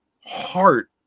heart